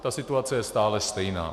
Ta situace je stále stejná.